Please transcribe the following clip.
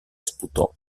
sputò